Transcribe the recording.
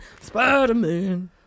Spider-Man